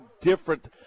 different